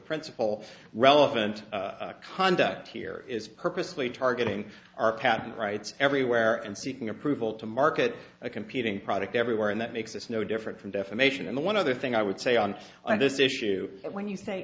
principle relevant conduct here is purposely targeting our patent rights everywhere and seeking approval to market a competing product everywhere and that makes this no different from defamation and the one other thing i would say on this issue when you say